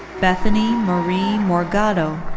bethany marie morgado.